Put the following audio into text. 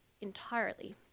entirely